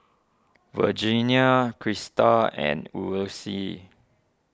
Virginia Christa and Ulysses